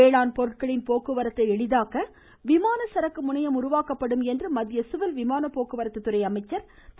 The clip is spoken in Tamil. வேளாண் பொருட்களின் போக்குவரத்தை எளிதாக்க விமான சரக்கு முனையம் உருவாக்கப்படும் என்று மத்திய சிவில் விமான போக்குவரத்து துறை அமைச்சர் திரு